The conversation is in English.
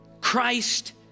Christ